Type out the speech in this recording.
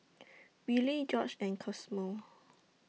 Willy Gorge and Cosmo